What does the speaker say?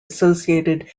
associated